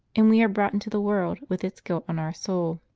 and we are brought into the world with its guilt on our soul.